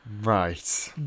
Right